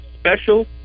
special